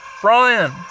Brian